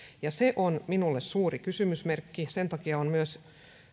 se on minulle suuri kysymysmerkki sen takia on myös